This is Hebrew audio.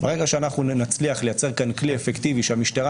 ברגע שאנחנו נצליח לייצר כלי אפקטיבי שהמשטרה